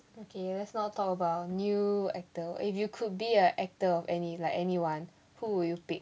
okay let's not talk about new actor if you could be a actor of any like anyone who would you pick